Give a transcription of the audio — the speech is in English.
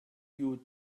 you